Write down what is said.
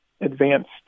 advanced